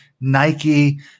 Nike